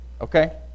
okay